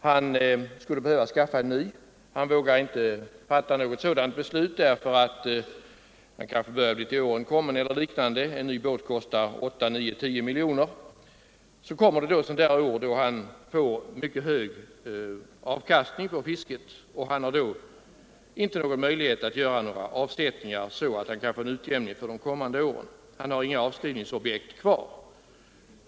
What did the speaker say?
Denna person skulle behöva skaffa en ny båt. Han vågar inte fatta något sådant beslut kanske därför att han blivit till åren kommen eller av något annat liknande skäl. En ny båt kostar 8-10 miljoner kronor. Så kommer det ett år då han får mycket hög avkastning av fisket. Han har då inte någon möjlighet att göra avsättningar så att han får en utjämning för de kommande åren. Han har nämligen inga avskrivningsobjekt.